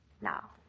Now